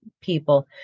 people